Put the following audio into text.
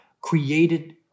created